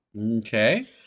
Okay